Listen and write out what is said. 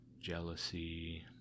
jealousy